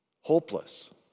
hopeless